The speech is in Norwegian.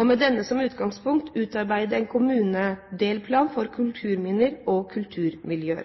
og med denne som utgangspunkt utarbeide en kommunedelplan for kulturminner og kulturmiljøer.